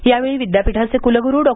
यावेळी विद्यापीठाचे कुलग्रू डॉ